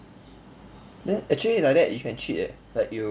then actually like that you can cheat eh like you